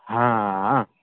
હા